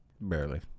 Barely